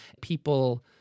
People